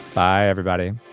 bye everybody